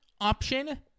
option